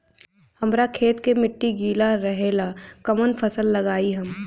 हमरा खेत के मिट्टी गीला रहेला कवन फसल लगाई हम?